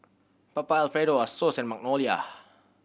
Papa Alfredo Asos and Magnolia